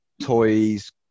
toys